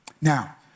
Now